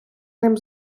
ним